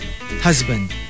Husband